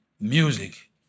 Music